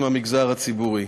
מהמגזר הציבורי.